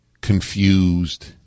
confused